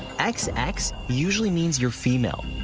xx xx usually means you're female.